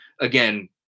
again